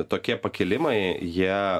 tokie pakilimai jie